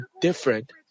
different